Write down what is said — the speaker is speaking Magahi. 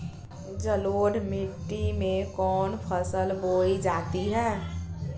जलोढ़ मिट्टी में कौन फसल बोई जाती हैं?